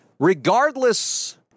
Regardless